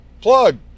Plug